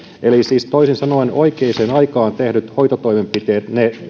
eli siis toisin sanoen oikeaan aikaan tehdyt hoitotoimenpiteet